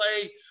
play